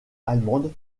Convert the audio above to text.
allemande